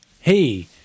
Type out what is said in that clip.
Hey